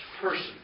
person